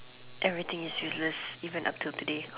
everything is useless even up till today